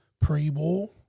pre-war